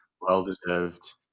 well-deserved